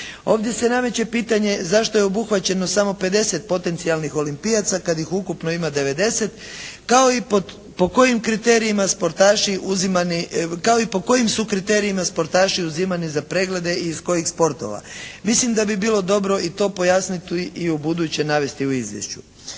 Ovdje se nameće pitanje zašto je obuhvaćeno samo 50 potencijalnih olimpijaca kad ih ukupno ima 90. Kao i po kojim kriterijima sportaši, kao i po kojim su kriterijima sportaši uzimani za preglede i iz kojih sportova. Mislim da bi bilo dobro i to pojasniti i u buduće navesti u izvješću.